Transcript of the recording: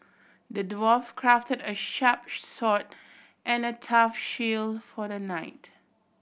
the dwarf crafted a sharp sword and a tough shield for the knight